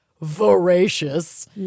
voracious